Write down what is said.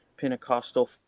Pentecostal